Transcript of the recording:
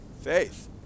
Faith